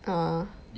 ah